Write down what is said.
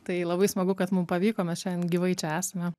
tai labai smagu kad mum pavyko mes šiandien gyvai čia esame